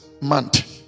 month